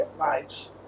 mates